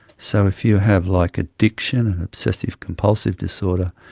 so if you have like addiction, and obsessive compulsive disorder,